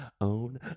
own